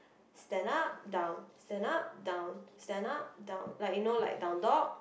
stand up down stand up down stand up down like you know like downward dog